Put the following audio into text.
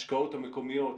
השקעות המקומיות,